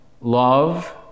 love